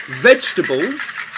vegetables